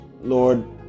Lord